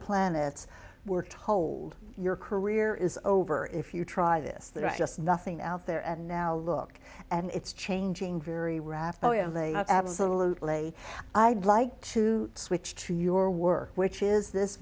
planets were told your career is over if you try this just nothing out there and now look and it's changing very rapidly and they absolutely i'd like to switch to your work which is this